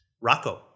Rocco